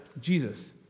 Jesus